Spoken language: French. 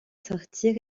sortir